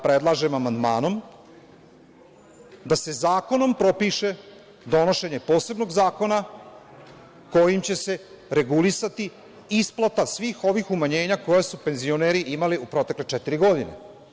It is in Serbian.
Predlažem amandmanom da se zakonom propiše donošenje posebnog zakona kojim će se regulisati isplata svih ovih umanjenja koja su penzioneri imali u protekle četiri godine.